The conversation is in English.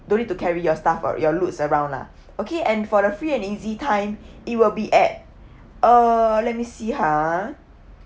don't need to carry your stuff or your loads around lah okay and for the free and easy time it will be at err let me see ha